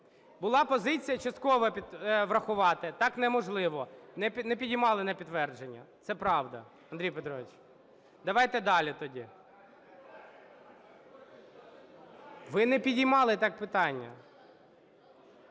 Була позиція частково врахувати – так неможливо. Не піднімали на підтвердження, це правда, Андрій Петрович. Давайте далі тоді. Ви не піднімали так питання.